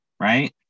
Right